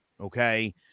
okay